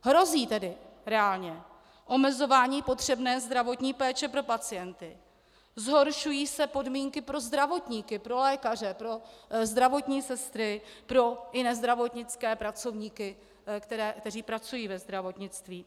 Hrozí tedy reálně omezování potřebné zdravotní péče pro pacienty, zhoršují se podmínky pro zdravotníky pro lékaře, pro zdravotní sestry, pro jiné zdravotnické pracovníky, kteří pracují ve zdravotnictví.